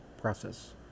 process